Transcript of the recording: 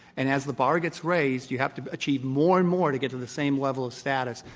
and as the bar gets raised, you have to achieve more and more to get to the same level of status.